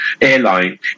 airline